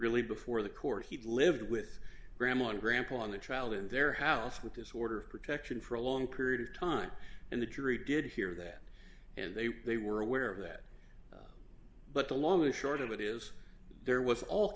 really before the court he lived with grandma and grandpa on the child in their house with this order of protection for a long period of time and the jury did hear that and they they were aware of that but the long and short of it is there was all